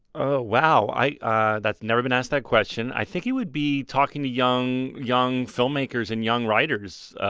oh, wow. i i that's never been asked that question. i think it would be talking to young young filmmakers and young writers,